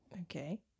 Okay